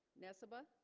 nessebar